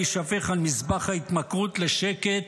להישפך על מזבח ההתמכרות לשקט